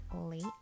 late